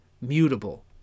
mutable